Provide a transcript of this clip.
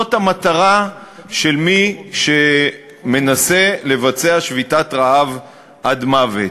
זאת המטרה של מי שמנסה לבצע שביתת רעב עד מוות.